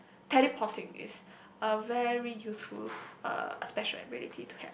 teleporting is a very useful uh special ability to have